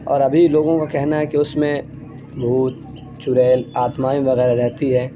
اور ابھی لوگوں کا کہنا ہے کہ اس میں بھوت چڑیل آتمائیں وغیرہ رہتی ہے